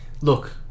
Look